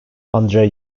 andrei